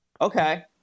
Okay